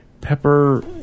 pepper